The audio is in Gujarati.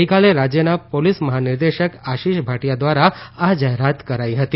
ગઇકાલે રાજયના પોલીસ મહાનિર્દેશક આશિષ ભાટીયા ધ્વારા આ જાહેરાત કરાઇ હતી